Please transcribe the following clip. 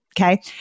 Okay